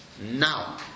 now